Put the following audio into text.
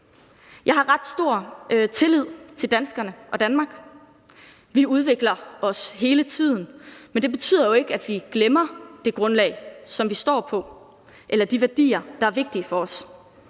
Jeg har ret stor tillid til danskerne og Danmark. Vi udvikler os hele tiden, men det betyder ikke, at vi glemmer det grundlag, som vi står på, eller de værdier, der er vigtige for os.